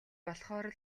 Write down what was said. болохоор